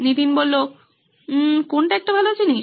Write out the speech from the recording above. নীতিন কোনটা একটা ভালো জিনিস